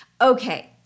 Okay